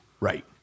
Right